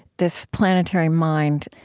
this planetary mind,